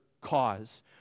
cause